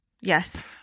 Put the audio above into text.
Yes